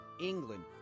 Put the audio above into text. England